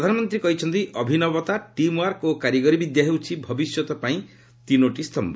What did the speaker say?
ପ୍ରଧାନମନ୍ତ୍ରୀ କହିଛନ୍ତି ଅଭିନବତା ଟିମ୍ ୱାର୍କ ଓ କାରିଗରି ବିଦ୍ୟା ହେଉଛି ଭବିଷ୍ୟତ ବିଶ୍ୱ ପାଇଁ ତିନୋଟି ସ୍ତିୟ